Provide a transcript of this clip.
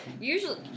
usually